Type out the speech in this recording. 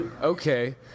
Okay